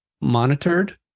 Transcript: monitored